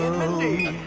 mindy,